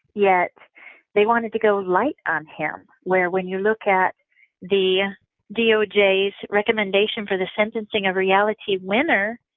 yet they wanted to go light on him. where when you look at the doj's recommendation for the sentencing of reality winner,